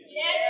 Yes